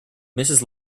mrs